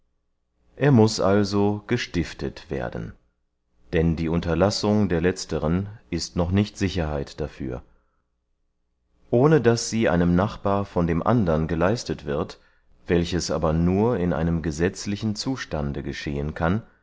er muß also gestiftet werden denn die unterlassung der letzteren ist noch nicht sicherheit dafür und ohne daß sie einem nachbar von dem andern geleistet wird welches aber nur in einem gesetzlichen zustande geschehen kann